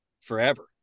forever